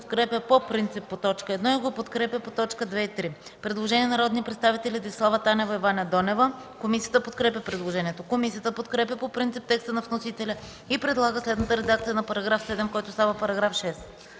Предложение на народните представители Десислава Танева и Ваня Донева. Комисията подкрепя предложението. Комисията подкрепя по принцип текста на вносителя и предлага следната редакция на § 7, който става § 6: „§ 6.